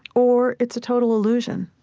or it's a total illusion.